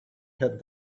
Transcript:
had